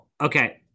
okay